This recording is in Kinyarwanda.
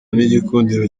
n’igikundiro